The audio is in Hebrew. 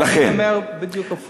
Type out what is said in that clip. אבל אני אומר בדיוק הפוך.